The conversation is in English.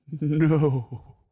no